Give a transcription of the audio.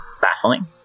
baffling